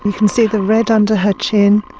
and can see the red under her chin,